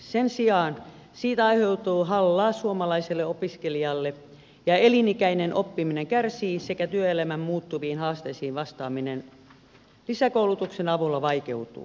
sen sijaan siitä aiheutuu hallaa suomalaiselle opiskelijalle ja elinikäinen oppiminen kärsii sekä työelämän muuttuviin haasteisiin vastaaminen lisäkoulutuksen avulla vaikeutuu